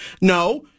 No